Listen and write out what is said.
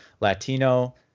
Latino